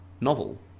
novel